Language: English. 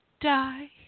die